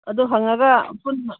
ꯑꯗꯨ ꯍꯪꯑꯒ ꯄꯨꯟꯅ